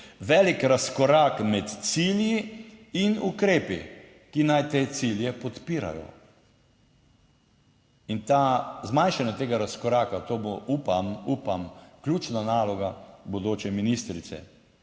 velik razkorak med cilji in ukrepi, ki naj te cilje podpirajo, in ta, zmanjšanje tega razkoraka, to bo upam, upam ključna naloga bodoče ministrice.